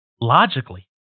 logically